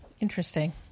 Interesting